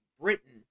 Britain